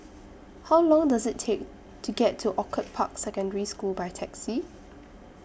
How Long Does IT Take to get to Orchid Park Secondary School By Taxi